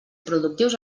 productius